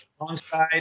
alongside